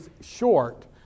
short